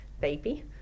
baby